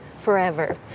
forever